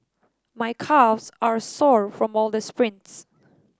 my calves are sore from all the sprints